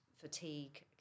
fatigue